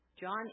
John